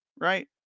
right